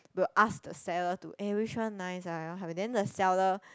will ask the seller to eh which one nice ah then the seller